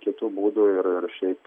kitų būdų ir ir šiaip